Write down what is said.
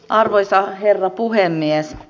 arvoisa herra puhemies